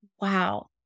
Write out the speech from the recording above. wow